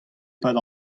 pad